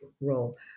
role